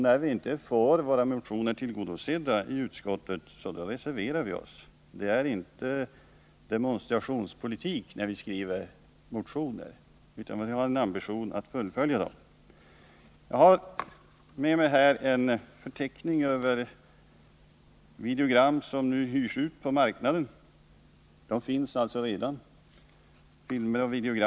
När vi inte får våra motionskrav tillgodosedda i utskottet, så reserverar vi oss. Vi bedriver inte demonstrationspolitik när vi skriver motioner, utan vi har en ambition att fullfölja dem. Jag har med mig en förteckning över videofilmer som hyrs ut på marknaden — de finns alltså redan nu.